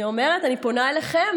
אני אומרת, אני פונה אליכם.